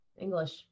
English